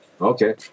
Okay